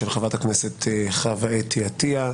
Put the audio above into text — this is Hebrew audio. של חברת הכנסת חוה אתי עטיה.